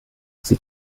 sie